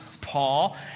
Paul